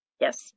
Yes